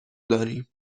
داریم